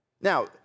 Now